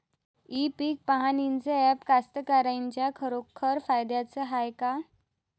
इ पीक पहानीचं ॲप कास्तकाराइच्या खरोखर फायद्याचं हाये का?